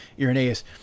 irenaeus